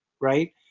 right